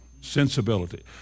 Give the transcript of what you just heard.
sensibility